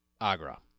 Agra